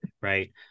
right